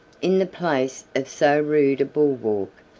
in the place of so rude a bulwark,